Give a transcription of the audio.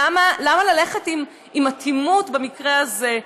למה ללכת עם אטימות במקרה הזה?